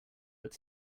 but